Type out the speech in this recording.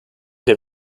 der